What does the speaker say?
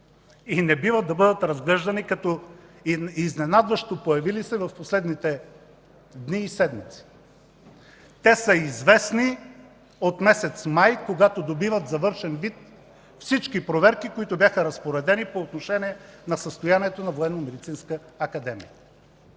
и не бива да бъдат разглеждани като изненадващо появили се в последните дни и седмици. Те са известни от месец май, когато добиха завършен вид всички проверки, разпоредени по отношение на състоянието на